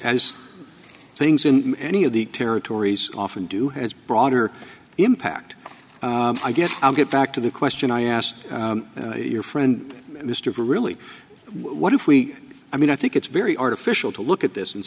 as things in any of the territories often do has broader impact i guess i'll get back to the question i asked your friend mr really what if we i mean i think it's very artificial to look at this and